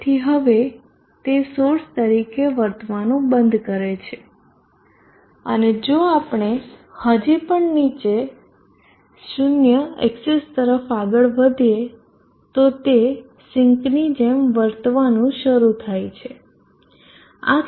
તેથી હવે તે સોર્સ તરીકે વર્તવાનું બંધ કરે છે અને જો આપણે હજી પણ નીચે 0 એક્સીસ તરફ આગળ વધીએ તો તે સિંકની જેમ વર્તવાનું શરૂ થાય છે